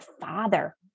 father